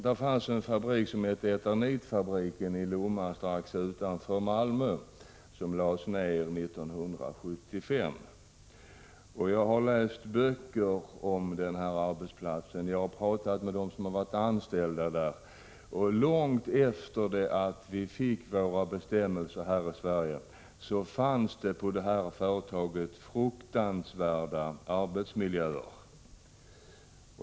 Det fanns en fabrik som hette Eternitfabriken i Lomma, strax utanför Malmö, som lades ned 1975. Jag har läst böcker om denna arbetsplats, och jag har talat med personer som varit anställda där. Långt efter det att vi hade fått våra bestämmelser om asbesthanteringen här i Sverige fanns det på detta företag fruktansvärt dåliga arbetsmiljöer.